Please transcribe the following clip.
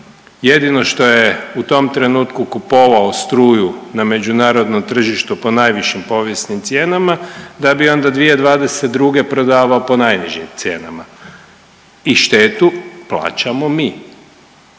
jedino što je u tom trenutku kupovao struju na međunarodnom tržištu po najvišim povijesnim cijenama, da bi onda 2022. prodavao po najnižim cijenama i štetu plaćamo mi